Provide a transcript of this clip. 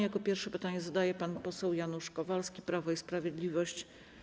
Jako pierwszy pytanie zadaje pan poseł Janusz Kowalski, Prawo i Sprawiedliwość.